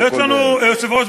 בינינו.